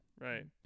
Right